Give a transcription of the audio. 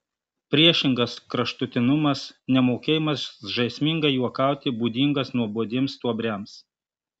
priešingas kraštutinumas nemokėjimas žaismingai juokauti būdingas nuobodiems stuobriams